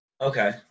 Okay